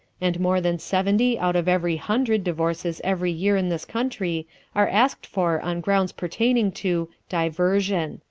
and more than seventy out of every hundred divorces every year in this country are asked for on grounds pertaining to diversion.